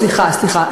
סליחה, סליחה.